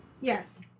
Yes